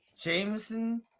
Jameson